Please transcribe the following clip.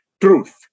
truth